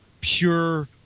pure